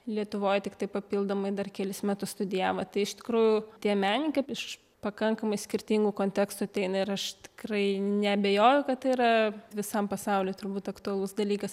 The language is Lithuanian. lietuvoj tiktai papildomai dar kelis metus studijavo tai iš tikrųjų tie menininkai iš pakankamai skirtingų kontekstų ateina ir aš tikrai neabejoju kad tai yra visam pasauly turbūt aktualus dalykas